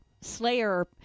Slayer